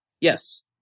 Yes